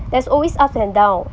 there's always ups and down